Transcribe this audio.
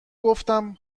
گفتم